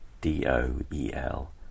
D-O-E-L